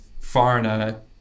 foreigner